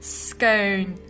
scone